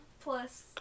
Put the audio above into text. plus